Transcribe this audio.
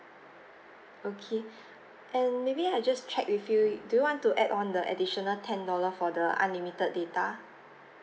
okay and maybe I just check with you do you want to add on the additional ten dollar for the unlimited data